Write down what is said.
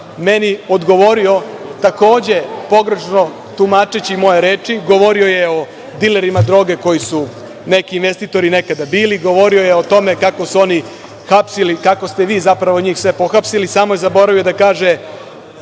meni odgovorio, takođe pogrešno tumačeći moje reči, govorio je o dilerima droge koji su neki investitori nekada bili, govorio je o tome kako su oni hapsili, kako ste vi zapravo sve njih pohapsili, samo je zaboravio da kaže